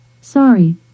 Sorry